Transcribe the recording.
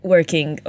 Working